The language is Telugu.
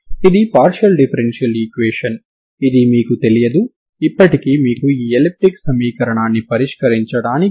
కొన్ని రిమార్కు లతో నేను ఈ సెమీ ఇన్ఫినిటీ తరంగ సమీకరణానికి చెందిన సమస్యలను మళ్ళీ చేయడానికి ప్రయత్నిస్తాను సరేనా